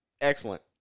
excellent